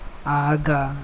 आगाँ